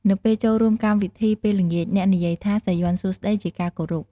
នៅពេលចូលរួមកម្មវិធីពេលល្ងាច អ្នកនិយាយថា "សាយ័ន្តសួស្តី" ជាការគោរព។